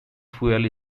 fuel